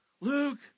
Luke